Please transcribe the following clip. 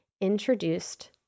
introduced